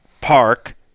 park